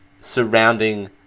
surrounding